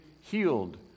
healed